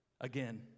Again